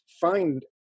find